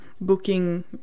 booking